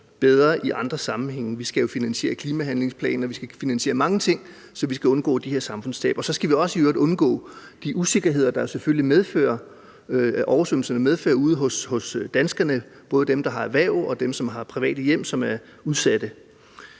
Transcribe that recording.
bedre i andre sammenhænge. Vi skal jo finansiere klimahandlingsplan, og vi skal finansiere mange ting, så vi skal undgå de her samfundstab. Og så skal vi i øvrigt også undgå de usikkerheder, oversvømmelserne medfører, ude hos danskerne, både dem, der har erhverv, og dem, som har private hjem, som er udsatte.